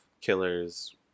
killers